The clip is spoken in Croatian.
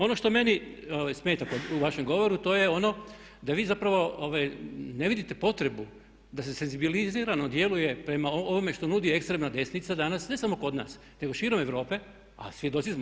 Ono što meni smeta u vašem govoru to je ono da vi zapravo ne vidite potrebu da se senzibilizirano djeluje prema ovome što nudi ekstremna desnica danas ne samo kod nas nego širom Europe, a svjedoci smo.